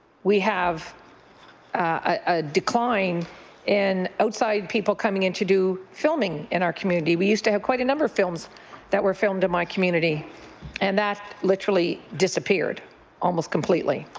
we have a decline in outside people coming in to do filming in our community. we used to have quite a number of films that were filmed in my community and that literally disappeared almost completedly.